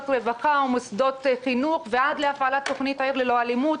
רווחה ומוסדות חינוך ועד להפעלת התוכנית "עיר ללא אלימות"